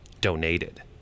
Donated